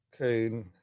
Okay